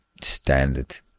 standard